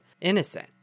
innocent